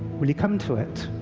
will you come to it?